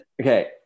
okay